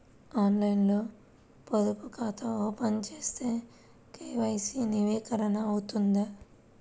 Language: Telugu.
ఆన్లైన్లో పొదుపు ఖాతా ఓపెన్ చేస్తే కే.వై.సి నవీకరణ అవుతుందా?